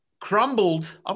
crumbled